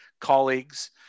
colleagues